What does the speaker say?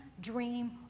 dream